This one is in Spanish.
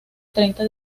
treinta